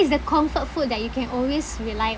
is the comfort food that you can always rely